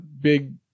big